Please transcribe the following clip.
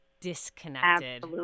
disconnected